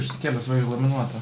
išsikėlęs va įluminuota